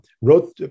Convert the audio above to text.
wrote